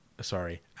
sorry